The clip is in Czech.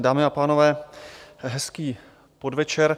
Dámy a pánové, hezký podvečer.